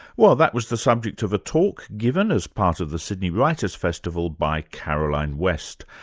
well that was the subject of a talk given as part of the sydney writers' festival by caroline west,